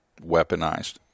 weaponized